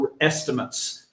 estimates